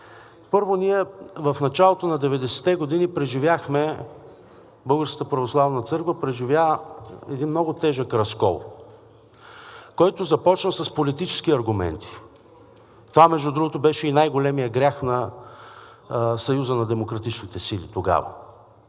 Първо, ние в началото на 90-те години преживяхме – Българската православна църква преживя един много тежък разкол, който започна с политически аргументи. Това, между другото, беше и най-големият грях на Съюза на демократичните сили тогава.